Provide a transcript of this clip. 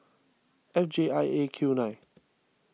F J I A Q nine